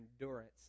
endurance